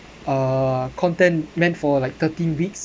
uh content meant for like thirteen weeks